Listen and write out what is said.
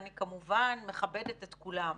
אני כמובן מכבדת את כולם,